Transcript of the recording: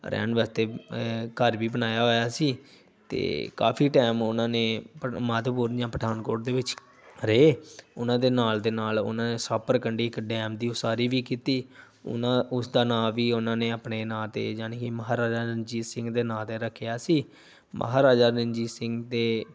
ਰਹਿਣ ਵਾਸਤੇ ਘਰ ਵੀ ਬਣਾਇਆ ਹੋਇਆ ਸੀ ਅਤੇ ਕਾਫ਼ੀ ਟਾਇਮ ਉਨ੍ਹਾਂ ਨੇ ਮਾਧੋਪੁਰ ਜਾਂ ਪਠਾਨਕੋਟ ਦੇ ਵਿੱਚ ਰਹੇ ਉਨ੍ਹਾਂ ਦੇ ਨਾਲ ਦੇ ਨਾਲ ਉਨ੍ਹਾਂ ਦੇ ਸਾਹਪੁਰ ਕੰਢੀ ਇੱਕ ਡੈਮ ਦੀ ਉਸਾਰੀ ਵੀ ਕੀਤੀ ਉਨਾਂ ਉਸ ਦਾ ਨਾਮ ਵੀ ਉਹਨਾਂ ਨੇ ਆਪਣੇ ਨਾਂ 'ਤੇ ਯਾਨੀ ਕਿ ਮਹਾਰਾਜਾ ਰਣਜੀਤ ਸਿੰਘ ਦੇ ਨਾਂ 'ਤੇ ਰੱਖਿਆ ਸੀ ਮਹਾਰਾਜਾ ਰਣਜੀਤ ਸਿੰਘ ਦੇ